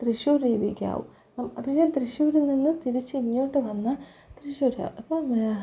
തൃശ്ശൂർ രീതിക്കാവും നം പക്ഷേ തൃശ്ശൂരിൽ നിന്ന് തിരിച്ച് ഇങ്ങോട്ട് വന്നാൽ തൃശ്ശൂർ അപ്പോൾ